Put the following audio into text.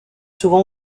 souvent